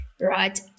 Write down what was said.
right